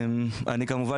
בין היתר ואני שוב,